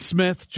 Smith